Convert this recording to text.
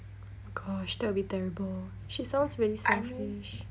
oh my gosh that would be terrible she sounds really selfish